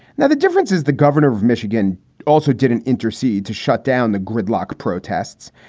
now, the difference is the governor of michigan also didn't intercede to shut down the gridlock protests.